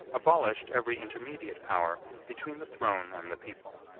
abolished every intermediate power between the throne and the people.